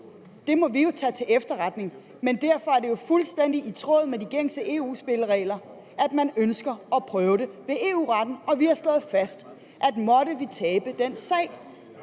Det må vi jo tage til efterretning, men derfor er det fuldstændig i tråd med de gængse EU-spilleregler, at man ønsker at prøve det ved EU-retten. Vi har slået fast, at måtte den sag